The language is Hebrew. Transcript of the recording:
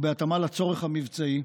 ובהתאמה לצורך המבצעי,